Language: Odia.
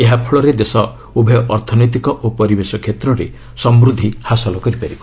ଏହାଫଳରେ ଦେଶ ଉଭୟ ଅର୍ଥନୈତିକ ଓ ପରିବେଶ କ୍ଷେତ୍ରରେ ସମ୍ବଦ୍ଧି ହାସଲ କରିପାରିବ